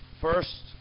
First